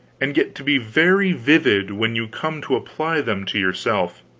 and get to be very vivid, when you come to apply them to yourself.